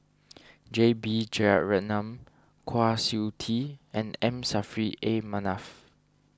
J B Jeyaretnam Kwa Siew Tee and M Saffri A Manaf